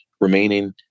remaining